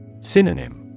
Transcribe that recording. Synonym